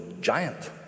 giant